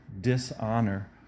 dishonor